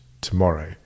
tomorrow